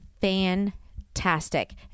fantastic